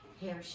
hair